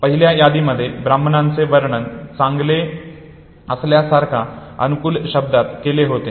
पहिल्या यादीमध्ये ब्राह्मणांचे वर्णन चांगले असल्यासारख्या अनुकूल शब्दात केलेले होते